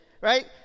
right